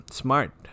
smart